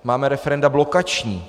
Máme referenda blokační.